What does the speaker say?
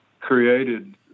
created